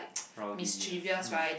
rowdy ah mm